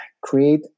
Create